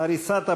הריסת הבתים,